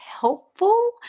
helpful